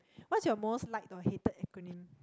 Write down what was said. what's your most like or hated acronym